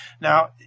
Now